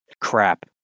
Crap